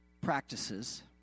practices